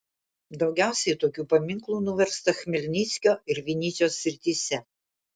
daugiausiai tokių paminklų nuversta chmelnyckio ir vinycios srityse